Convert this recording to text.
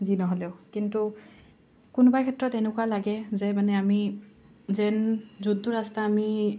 যি নহ'লেও কিন্তু কোনোবা ক্ষেত্ৰত এনেকুৱা লাগে যে মানে আমি যেন যোনটো ৰাস্তা আমি